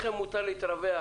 לכם מותר להתרווח,